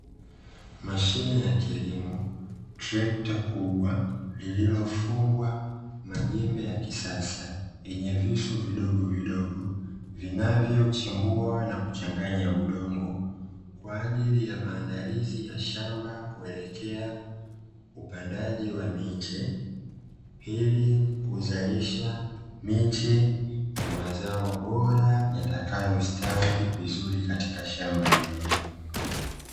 Mashine ya kilimo, trekta kubwa lililofungwa majembe ya kisasa; yenye visu vidogovidogo vinavyochimbua na kuchanganya udongo, kwa ajili ya maandalizi ya shamba kuelekea upandaji wa miche ili kuzalisha miche ya mazao bora, yatakayostawi vizuri katika shamba hilo.